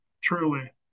truly